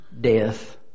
death